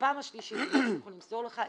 בפעם השלישית אם לא הצליחו למסור לך,